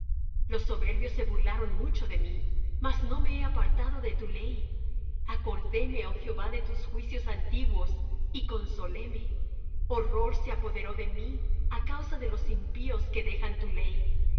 los soberbios se burlaron mucho de mí mas no me he apartado de tu ley acordéme oh jehová de tus juicios antiguos y consoléme horror se apoderó de mí á causa de los impíos que dejan tu ley